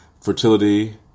Fertility